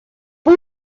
πού